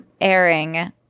airing